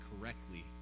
correctly